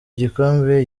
igikombe